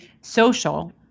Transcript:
social